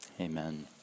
Amen